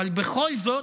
אבל בכל זאת,